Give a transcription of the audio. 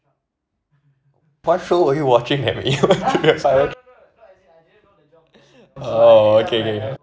what show were you watching that week oh okay okay